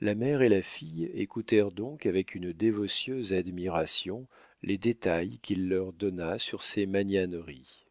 la mère et la fille écoutèrent donc avec une dévotieuse admiration les détails qu'il leur donna sur ses magnaneries